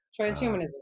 Transhumanism